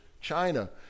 China